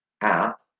app